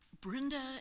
Brenda